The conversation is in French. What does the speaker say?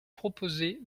proposez